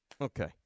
Okay